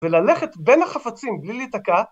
‫וללכת בין החפצים בלי להתקע.